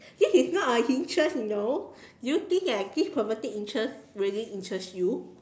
this is not a interest you know do you think I give a pervertic interest will it interest you